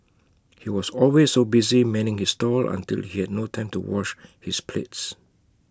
he was always so busy manning his stall until he had no time to wash his plates